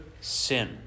sin